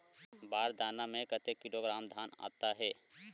बार दाना में कतेक किलोग्राम धान आता हे?